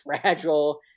fragile